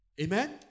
Amen